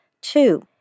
Two